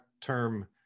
term